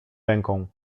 ręką